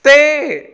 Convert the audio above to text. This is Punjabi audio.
ਅਤੇ